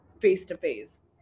face-to-face